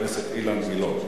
חבר הכנסת אילן גילאון,